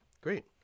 Great